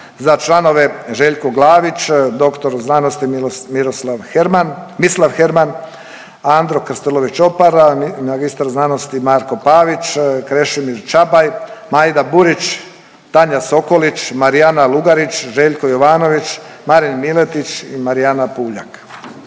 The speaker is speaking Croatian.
za članove Željko Glavić, dr. sc. Miroslav Herman, Mislav Herman, Andro Krstulović Opara, mag. sc. Marko Pavić, Krešimir Čabaj, Majda Burić, Tanja Sokolić, Marijana Lugarić, Željko Jovanović, Marin Miletić I Marijana Puljak.